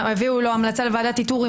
הביאו לו המלצה לוועדת איתור,